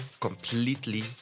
completely